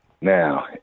now